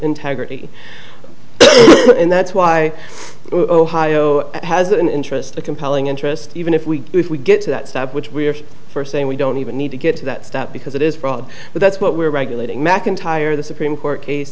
integrity and that's why has an interest a compelling interest even if we if we get to that step which we are first saying we don't even need to get to that step because it is fraud but that's what we're regulating mcentire the supreme court case